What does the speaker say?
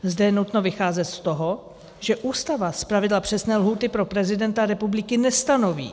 Zde je nutné vycházet z toho, že Ústava zpravidla přesné lhůty pro prezidenta republiky nestanoví.